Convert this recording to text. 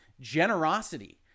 generosity